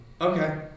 Okay